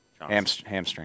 Hamstring